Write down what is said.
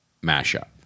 mashup